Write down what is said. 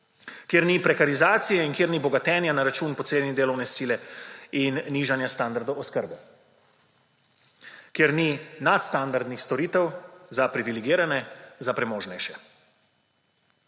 kjer ni prekarizacije in kjer ni bogatenja na račun poceni delovne sile in nižanja standardov oskrbe, kjer ni nadstandardnih storitev za privilegirane, za premožnejše.